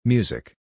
Music